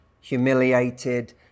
humiliated